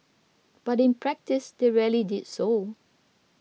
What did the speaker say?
but in practice they rarely did so